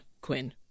Quinn